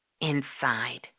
inside